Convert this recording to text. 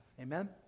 Amen